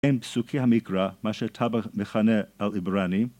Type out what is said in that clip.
פסוכי המקרא, מה שאתה מכנה על עברני